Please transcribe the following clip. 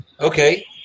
Okay